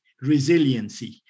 resiliency